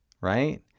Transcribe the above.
right